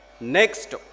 next